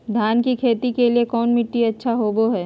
धान की खेती के लिए कौन मिट्टी अच्छा होबो है?